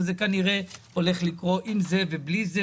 וזה כנראה הולך לקרות עם זה ובלי זה.